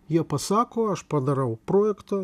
jie pasako aš padarau projektą